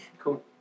cool